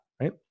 right